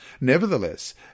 Nevertheless